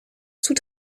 sous